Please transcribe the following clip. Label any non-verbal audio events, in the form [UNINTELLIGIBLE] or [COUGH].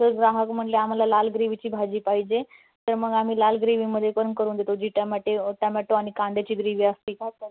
जर ग्राहक म्हणले आम्हाला लाल ग्रेवीची भाजी पाहिजे तर मग आम्ही लाल ग्रेवीमध्ये पण करून देतो जी टमाटे टमॅटो आणि कांद्याची ग्रेवी असते [UNINTELLIGIBLE]